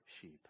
sheep